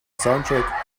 soundtrack